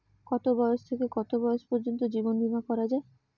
কতো বয়স থেকে কত বয়স পর্যন্ত জীবন বিমা করা যায়?